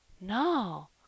No